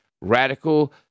radical